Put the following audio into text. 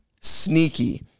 sneaky